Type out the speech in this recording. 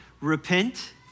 repent